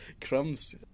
Crumbs